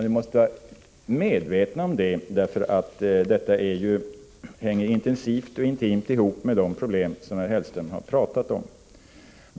Ni måste vara medvetna om det, därför att detta hänger intensivt och intimt ihop med de utrikeshandelsfrågor som herr Hellström har pratat om.